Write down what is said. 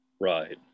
Right